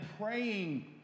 praying